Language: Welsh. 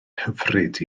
hyfryd